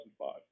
2005